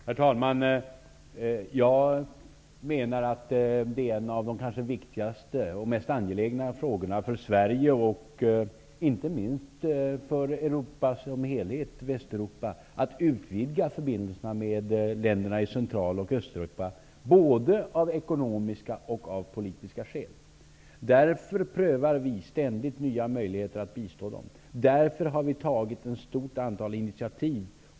Herr talman! Jag menar att en av de viktigaste och mest angelägna frågorna för Sverige, och inte minst för Västeuropa som helhet, är att utvidga förbindelserna med länderna i Central och Östeuropa -- både av ekonomiska och av politiska skäl. Därför prövar vi ständigt nya möjligheter att bistå dem, och därför har vi tagit ett stort antal initiativ.